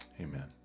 Amen